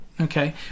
Okay